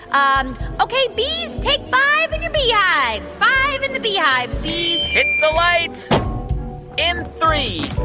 um ok, bees, take five in your beehives five in the beehives, bees hit the lights in three,